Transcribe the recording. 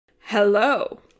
Hello